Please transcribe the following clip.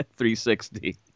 360